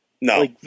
No